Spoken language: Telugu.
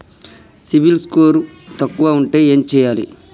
సిబిల్ స్కోరు తక్కువ ఉంటే ఏం చేయాలి?